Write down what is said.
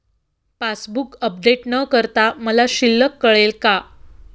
Passbook update न करता मला शिल्लक कळेल का?